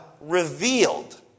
revealed